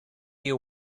you